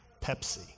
Pepsi